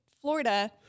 Florida